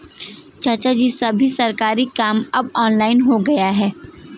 चाचाजी, सभी सरकारी काम अब ऑनलाइन हो गया है